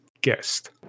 guest